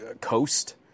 coast